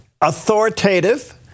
authoritative